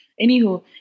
Anywho